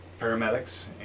paramedics